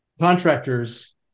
Contractors